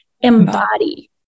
embody